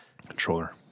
Controller